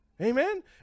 Amen